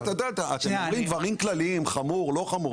אתם אומרים דברים כלליים: "חמור", "לא חמור".